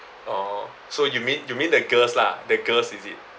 orh so you mean you mean the girls lah the girls is it